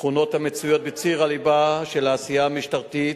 תכונות המצויות בציר הליבה של העשייה המשטרתית.